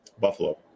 Buffalo